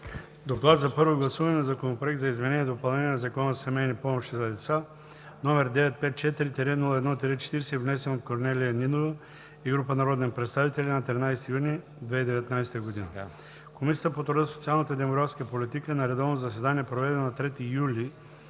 „ДОКЛАД за първо гласуване на Законопроект за изменение и допълнение на Закона за семейни помощи за деца, № 954-01-40, внесен от Корнелия Нинова и група народни представители на 13 юни 2019 г. Комисията по труда, социалната и демографската политика на редовно заседание, проведено на 3 юли